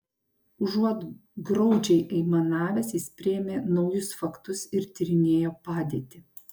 užuot graudžiai aimanavęs jis priėmė naujus faktus ir tyrinėjo padėtį